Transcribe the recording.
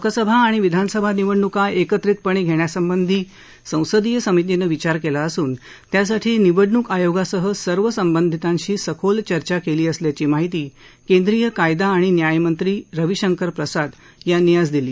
लोकसभा आणि विधानसभा निवडणूका एकत्रितपणे घेण्यासंबंधी संसदीय समितीने विचार केला असून त्यासाठी निवडणूक आयोगासह सर्व संबंधितांशी सखोल चर्चा केली असल्याची माहिती केंद्रीय कायदा आणि न्यायमंत्री रविशंकर प्रसाद यांनी आज दिली